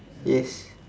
yes